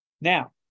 Now